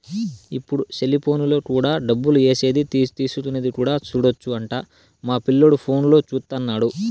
ఇప్పుడు సెలిపోనులో కూడా డబ్బులు ఏసేది తీసుకునేది కూడా సూడొచ్చు అంట మా పిల్లోడు ఫోనులో చూత్తన్నాడు